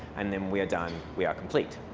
and then we are done, we are complete.